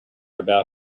about